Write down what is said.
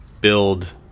build